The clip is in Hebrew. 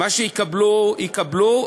מה שיקבלו יקבלו,